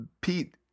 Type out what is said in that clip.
Pete